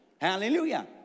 Hallelujah